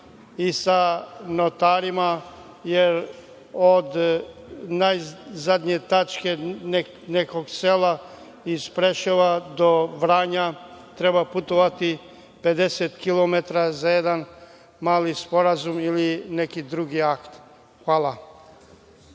i sa notarima, jer od zadnje tačke nekog sela iz Preševa do Vranja treba putovati 50 kilometara za jedan mali sporazum ili neki drugi akt. Hvala.